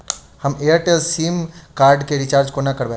हम Airtel sim card केँ recharge कोना करबै?